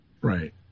Right